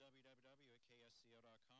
www.ksco.com